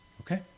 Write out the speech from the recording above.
Okay